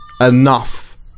enough